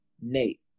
Nate